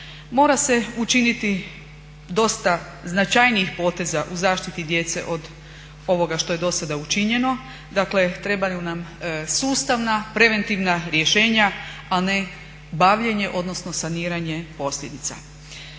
Mora se učiniti dosta značajnih poteza u zaštiti djece od ovoga što je do sada učinjeno. Dakle trebaju nam sustavna, preventivna rješenja a ne bavljenje, odnosno saniranje posljedica.